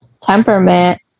temperament